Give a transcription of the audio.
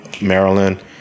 Maryland